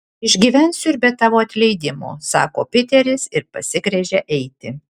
išgyvensiu ir be tavo atleidimo sako piteris ir pasigręžia eiti